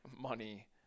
money